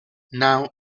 now